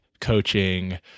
coaching